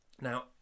Now